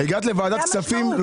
זאת המשמעות.